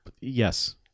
Yes